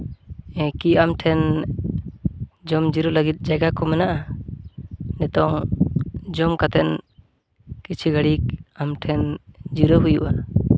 ᱦᱮᱸ ᱠᱤ ᱟᱢ ᱴᱷᱮᱱ ᱡᱚᱢ ᱡᱤᱨᱟᱹᱜ ᱞᱟᱹᱜᱤᱫ ᱡᱟᱭᱜᱟ ᱠᱚ ᱢᱮᱱᱟᱜᱼᱟ ᱱᱤᱛᱚᱝ ᱡᱚᱢ ᱠᱟᱛᱮ ᱠᱤᱪᱷᱩ ᱜᱷᱟᱹᱲᱤᱜ ᱟᱢ ᱴᱷᱮᱱ ᱡᱤᱨᱟᱹᱜ ᱦᱩᱭᱩᱜᱼᱟ